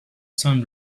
sound